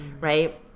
right